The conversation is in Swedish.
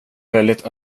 väldigt